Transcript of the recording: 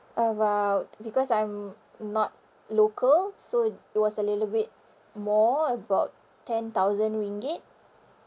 about because I'm not local so it it was a little bit more about ten thousand ringgit